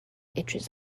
itches